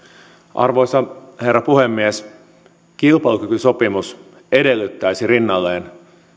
arvoisa herra puhemies kilpailukykysopimus edellyttäisi rinnalleen